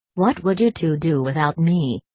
what would you two do without me?